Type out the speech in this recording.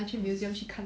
mm